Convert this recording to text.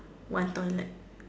one toilet